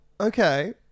Okay